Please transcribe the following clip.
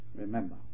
Remember